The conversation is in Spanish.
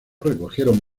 recogieron